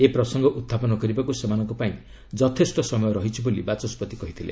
ଏ ପ୍ରସଙ୍ଗ ଉହ୍ଚାପନ କରିବାକୁ ସେମାନଙ୍କ ପାଇଁ ଯଥେଷ୍ଟ ସମୟ ରହିଛି ବୋଲି ବାଚସ୍କତି କହିଥିଲେ